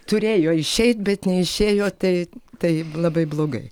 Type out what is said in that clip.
turėjo išeit bet neišėjo tai tai labai blogai